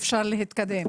אפשר להתקדם.